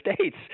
States